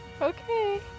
okay